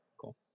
cool